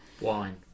wine